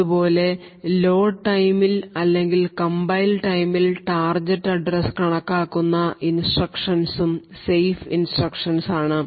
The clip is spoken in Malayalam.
അതുപോലെ ലോഡ് ടൈം ൽ അല്ലെങ്കിൽ കംപൈൽ ടൈം ൽ ടാർഗറ്റ് അഡ്രസ് കണക്കാക്കുന്ന ഇൻസ്ട്രക്ഷൻസും സേഫ് ഇൻസ്ട്രക്ഷൻസ് ആണ്